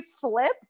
flip